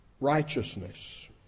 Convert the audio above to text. righteousness